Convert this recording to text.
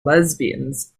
lesbians